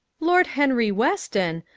lord henry weston!